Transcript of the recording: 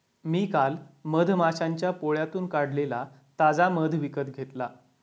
मी काल मधमाश्यांच्या पोळ्यातून काढलेला ताजा मध विकत घेतला